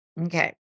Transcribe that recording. Okay